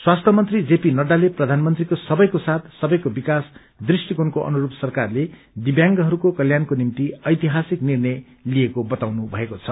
स्वास्थ्य मन्त्री जेपी नड्डाले प्रधानमन्त्रीको सबैको साथ सबैको विकास दृष्टिकोणको अनुस्तप सरकारले दिव्यांगहस्लाई कत्याणको निम्ति ऐतिहासिक निर्णय लिइएको बताउनुभएको छ